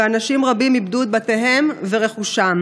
ואנשים רבים איבדו את בתיהם ורכושם.